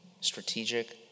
Strategic